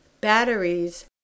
batteries